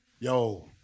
yo